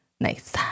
Nice